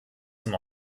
zum